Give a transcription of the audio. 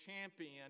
champion